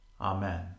Amen